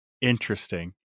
interesting